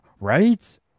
right